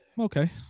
Okay